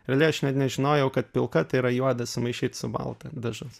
realiai aš net nežinojau kad pilka tai yra juoda sumaišyt su balta dažus